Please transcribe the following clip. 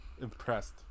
impressed